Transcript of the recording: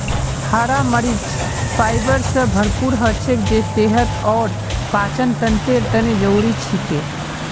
हरा मरीच फाइबर स भरपूर हछेक जे सेहत और पाचनतंत्रेर तने जरुरी छिके